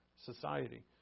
society